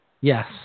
Yes